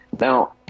Now